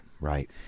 Right